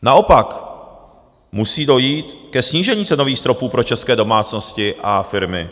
Naopak musí dojít ke snížení cenových stropů pro české domácnosti a firmy.